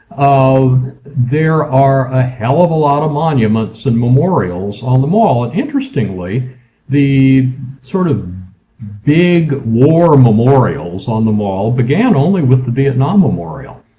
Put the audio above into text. there are a hell of a lot of monuments and memorials on the mall, and interestingly the sort of big war memorials on the mall began only with the vietnam memorial.